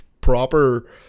proper